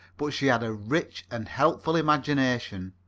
but she had a rich and helpful imagination.